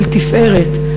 של תפארת,